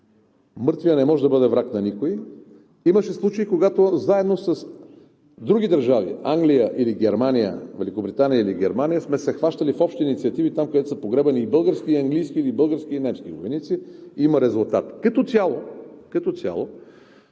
Мъртвият не може да бъде враг на никой. Имаше случаи, когато заедно с други държави – Англия, Германия, Великобритания или Германия, сме се хващали в общи инициативи там, където са погребани български и английски или български и немски войници, и има резултат. Като цяло в